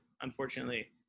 unfortunately